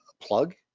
plug